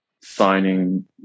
signing